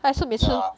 他是每次